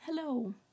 Hello